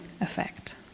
effect